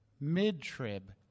mid-trib